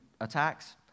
attacks